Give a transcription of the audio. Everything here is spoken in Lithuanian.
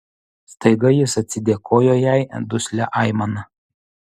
staiga jis atsidėkojo jai duslia aimana